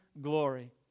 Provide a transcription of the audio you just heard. glory